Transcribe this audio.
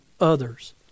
others